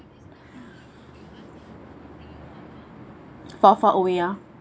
far far away ya